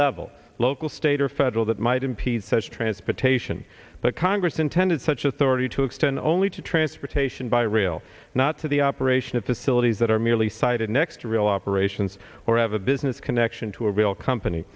level local state or federal that might impede such transportation but congress intended such authority to extend own to transportation by rail not to the operation of facilities that are merely sited next to real operations or have a business connection to a real company